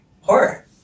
horror